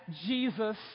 Jesus